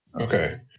Okay